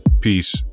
Peace